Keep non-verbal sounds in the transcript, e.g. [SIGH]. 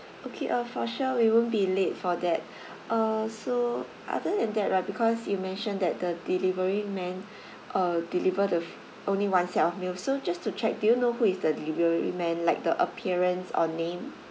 [BREATH] okay uh for sure we won't be late for that [BREATH] uh so other than that right because you mentioned that the delivery man [BREATH] uh deliver the f~ only one set of meal so just to check do you know who is the delivery man like the appearance or name